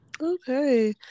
Okay